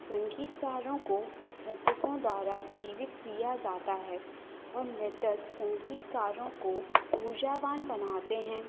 संगीतकारों को नृत्यकों द्वारा जीवित किया जाता है और नृतक संगीतकारों को ऊर्जावान बनाते हैं